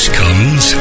comes